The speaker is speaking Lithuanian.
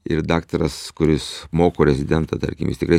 ir daktaras kuris moko rezidentą tarkim jis tikrai